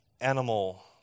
animal